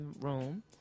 room